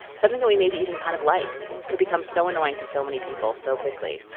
something that we maybe even kind of liked could become so annoying to so many people so quickly.